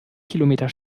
kilometer